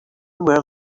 were